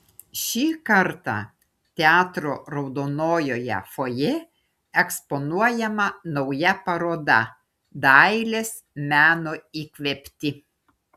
šį kartą teatro raudonojoje fojė eksponuojama nauja paroda dailės meno įkvėpti